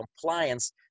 compliance